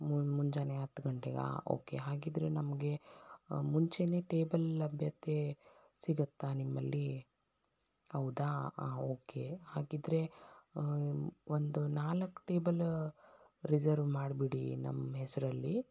ಮುನ್ ಮುಂಜಾನೆ ಹತ್ತು ಗಂಟೆಗಾ ಓಕೆ ಹಾಗಿದ್ದರೆ ನಮಗೆ ಮುಂಚೆಯೇ ಟೇಬಲ್ ಲಭ್ಯತೆ ಸಿಗುತ್ತಾ ನಿಮ್ಮಲ್ಲಿ ಹೌದಾ ಹಾಂ ಓಕೆ ಹಾಗಿದ್ದರೆ ಒಂದು ನಾಲ್ಕು ಟೇಬಲ ರಿಸರ್ವ್ ಮಾಡಿಬಿಡಿ ನಮ್ಮ ಹೆಸರಲ್ಲಿ